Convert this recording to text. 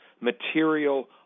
material